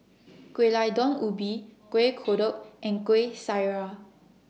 Gulai Daun Ubi Kueh Kodok and Kuih Syara